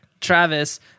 travis